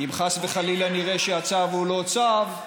אם חס וחלילה נראה שהצו הוא לא צו,